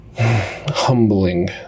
humbling